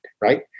Right